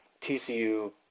TCU